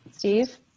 Steve